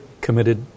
committed